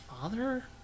father